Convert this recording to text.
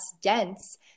dense